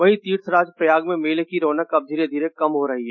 वहीं तीर्थराज प्रयाग में मेले की रौनक अब धीरे धीरे कम हो रही है